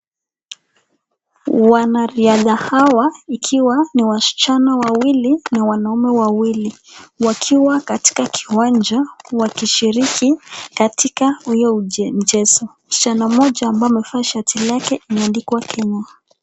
Wanariadha hawa ikiwa ni wasichana wawili, na wanaume wawili wakiwa katika kiwanja wakishiriki katika huo mchezo, msichana moja ambao amevaa shati lake imeandikwa kenya.